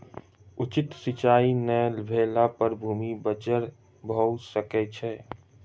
उचित सिचाई नै भेला पर भूमि बंजर भअ सकै छै